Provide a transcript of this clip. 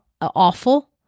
awful